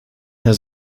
herr